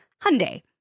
Hyundai